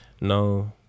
No